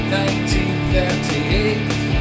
1938